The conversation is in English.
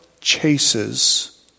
chases